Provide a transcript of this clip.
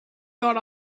got